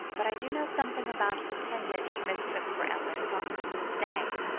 but i do know something about the pendant you mistook for ellen's, on christmas day.